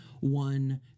one